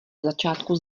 začátku